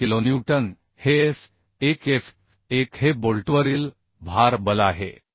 75 kilonewton हेF1F1 हे बोल्टवरील भार बल आहे